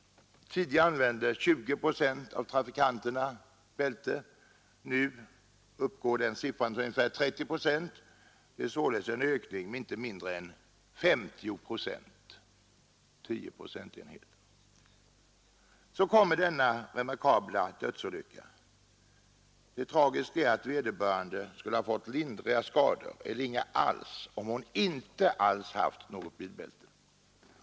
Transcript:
Tidigare använde 20 procent av trafikanterna bilbälte. Nu uppgår motsvarande andel till 30 procent. Det är således fråga om en ökning med inte mindre än 50 procent. Så kommer den remarkabla dödsolyckan. Det tragiska är att vederbörande skulle ha fått lindriga skador eller inga skador alls, om hon inte hade haft något bilbälte.